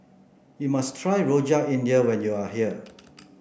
you must try Rojak India when you are here